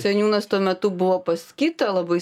seniūnas tuo metu buvo pas kitą labai